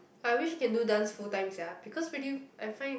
I wish can do dance full time sia because really I find it